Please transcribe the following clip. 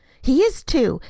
he is, too.